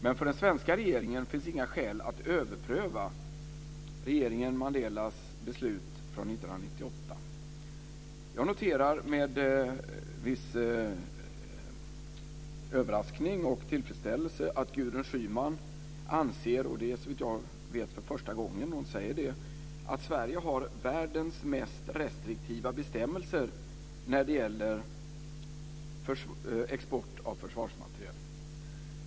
Men för den svenska regeringen finns inga skäl att överpröva regeringen Jag noterar med viss överraskning och tillfredsställelse att Gudrun Schyman anser - och det är såvitt jag vet första gången hon säger det - att Sverige har "världens mest restriktiva bestämmelser" när det gäller export av försvarsmateriel.